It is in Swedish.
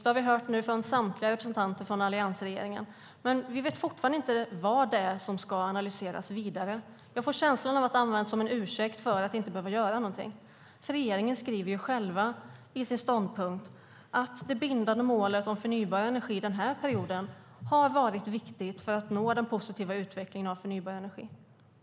Det har vi nu hört från samtliga representanter för alliansregeringen. Men vi vet fortfarande inte vad det är som ska analyseras vidare. Jag får känslan av att det används som en ursäkt för att inte behöva göra någonting. Regeringen skriver ju själv i sin ståndpunkt att det bindande målet om förnybar energi den här perioden har varit viktigt för att nå den positiva utvecklingen av förnybar energi.